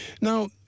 Now